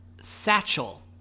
satchel